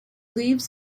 leaves